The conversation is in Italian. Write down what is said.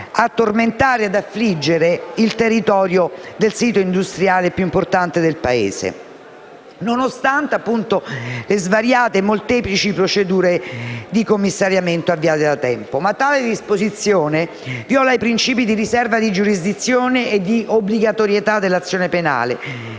a tormentare il territorio del sito industriale più importante del Paese, nonostante svariate e molteplici procedure di commissariamento avviate da tempo. Tale disposizione viola i principi di riserva di giurisdizione e di obbligatorietà dell'azione penale,